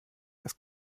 das